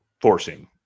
forcing